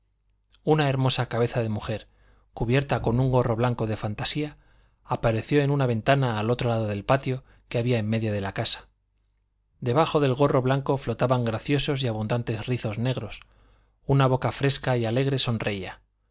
una hermosa cabeza de mujer cubierta con un gorro blanco de fantasía apareció en una ventana al otro lado del patio que había en medio de la casa debajo del gorro blanco flotaban graciosos y abundantes rizos negros una boca fresca y alegre sonreía